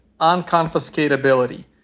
unconfiscatability